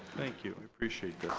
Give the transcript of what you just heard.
thank you appreciate that